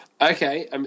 Okay